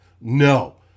No